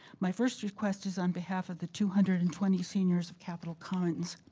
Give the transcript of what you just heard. my first request is on behalf of the two hundred and twenty seniors of capital commons.